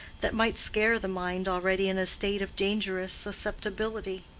that might scare the mind already in a state of dangerous susceptibility.